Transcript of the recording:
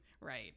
right